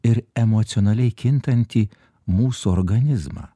ir emocionaliai kintantį mūsų organizmą